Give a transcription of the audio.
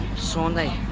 Sunday